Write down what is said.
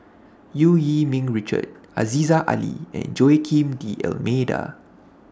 EU Yee Ming Richard Aziza Ali and Joaquim D'almeida